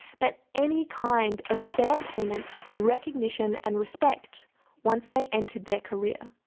but any kind of fair payment, recognition and respect once they entered their career.